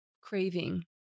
craving